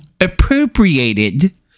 appropriated